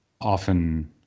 often